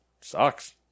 sucks